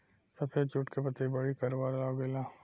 सफेद जुट के पतई बड़ी करवा लागेला